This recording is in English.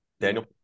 Daniel